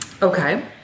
Okay